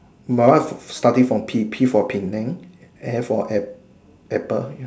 my one starting from P P for Penang A for apple